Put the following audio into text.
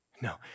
No